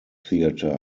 theater